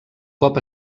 cop